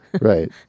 right